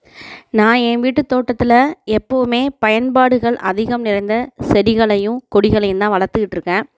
நான் என் வீட்டு தோட்டத்தில் எப்போவுமே பயன்பாடுகள் அதிகம் நிறைந்த செடிகளையும் கொடிகளையும் தான் வளர்த்துக்கிட்ருக்கேன்